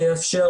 ויאפשר,